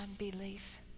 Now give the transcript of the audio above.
unbelief